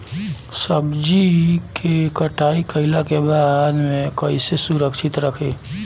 सब्जी क कटाई कईला के बाद में कईसे सुरक्षित रखीं?